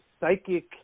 psychic